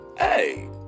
hey